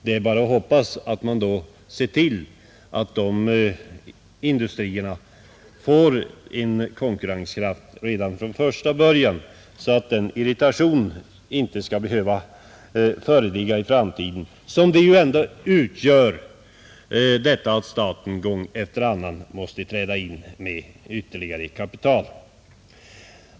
Det är bara att hoppas att man då ser till att de industrierna får konkurrenskraft redan från första början, så att det inte skall behöva uppstå en sådan irritation som det gör då staten gång efter annan måste träda in med ytterligare kapital.